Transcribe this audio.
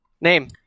Name